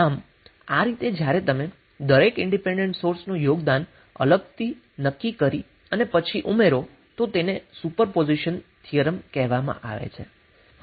આમ આ રીતે જ્યારે તમે દરેક ઇન્ડિપેન્ડન્ટ સોર્સનું યોગદાન અલગથી નક્કી કરી અને પછી ઉમેરો તો તેને સુપર પોઝિશન થિયરમ કહેવામાં આવે છે